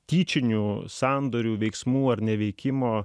tyčinių sandorių veiksmų ar neveikimo